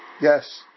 Yes